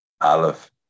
Aleph